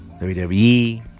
WWE